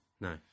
no